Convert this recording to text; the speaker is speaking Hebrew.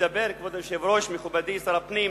כבוד היושב-ראש, מכובדי שר הפנים,